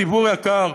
ציבור יקר,